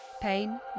Pain